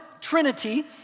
Trinity